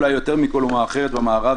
אולי יותר מכל אומה אחרת במערב,